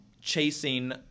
chasing